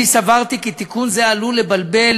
אני סברתי כי תיקון זה עלול לבלבל,